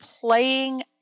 playing